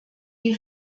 die